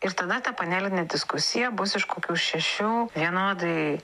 ir tada ta panelinė diskusija bus iš kokių šešių vienodai